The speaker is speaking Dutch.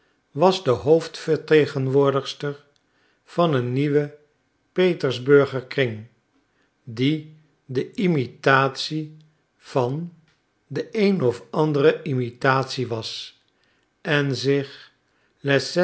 was de hoofdvertegenwoordigster van een nieuwen petersburger kring die de imitatie van de een of andere imitatie was en zich les